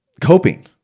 coping